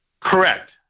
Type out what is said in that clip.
Correct